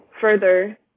further